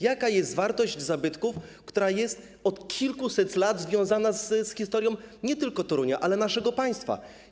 Jaka jest wartość zabytku, który jest od kilkuset lat związany z historią nie tylko Torunia, ale naszego państwa?